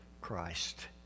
Christ